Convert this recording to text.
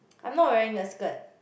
I'm not wearing a skirt